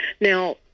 Now